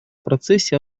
процессе